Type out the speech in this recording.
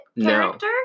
character